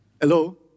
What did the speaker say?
Hello